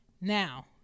Now